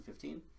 2015